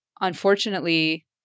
unfortunately